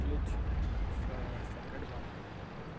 please ସ socket ବନ୍ଦ କର